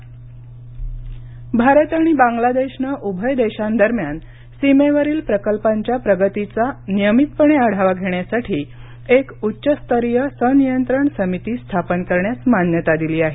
भारत बाग्लादेश भारत आणि बांग्लादेशनं उभय देशांदरम्यान सीमेवरील प्रकल्पांच्या प्रगतीचा नियमितपणे आढावा घेण्यासाठी एक उच्च स्तरीय संनियंत्रण समिती स्थापन करण्यास मान्यता दिली आहे